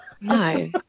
no